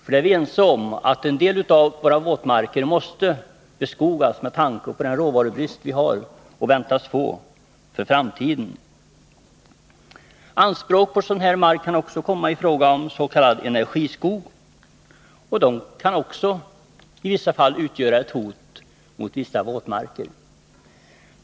Vi är ju ense om att en del av våra våtmarker måste beskogasmed tanke på den råvarubrist vi har och väntas få för framtiden. Anspråk på sådan här mark kan också uppstå i fråga om s.k. energiskog, som alltså i vissa fall kan utgöra ett hot mot våtmarker.